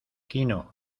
quino